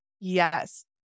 yes